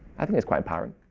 i think it's quite apparent.